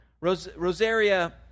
Rosaria